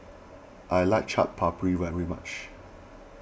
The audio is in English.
I like Chaat Papri very much